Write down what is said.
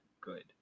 good